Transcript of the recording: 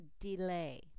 delay